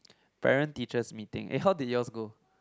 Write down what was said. parent teachers meeting eh how did yours go